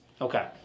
okay